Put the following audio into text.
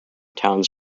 towns